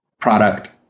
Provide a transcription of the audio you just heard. product